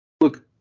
Look